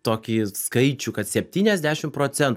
tokį skaičių kad septyniasdešim procen